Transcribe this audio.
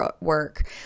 work